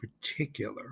particular